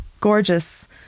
gorgeous